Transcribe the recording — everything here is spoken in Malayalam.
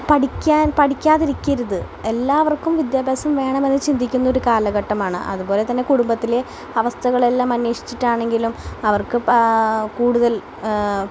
പഠിക്കാൻ പഠിക്കാതിരിക്കരുത് എല്ലാവർക്കും വിദ്യാഭ്യാസം വേണമെന്ന് ചിന്തിക്കുന്ന ഒരു കാലഘട്ടമാണ് അതുപോലെ തന്നെ കുടുംബത്തിലെ അവസ്ഥകളെല്ലാം അന്വേഷിച്ചിട്ടാണെങ്കിലും അവർക്ക് കൂടുതൽ